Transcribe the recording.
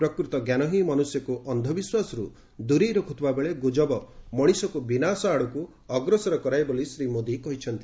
ପ୍ରକୃତ ଜ୍ଞାନ ହିଁ ମନୁଷ୍ୟକୁ ଅନ୍ଧବିଶ୍ୱାସରୁ ଦୂରେଇ ରଖୁଥିବାବେଳେ ଗୁଜବ ମଣିଷକୁ ବିନାଶ ଆଡ଼କୁ ଅଗ୍ରସର କରାଏ ବୋଲି ଶ୍ରୀ ମୋଦି କହିଛନ୍ତି